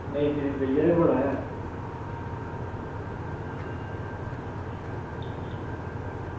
नेईं नेईं भइया एह् बड़ा ऐ